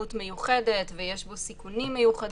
מורכבות מיוחדת ויש בו סיכונים מיוחדים,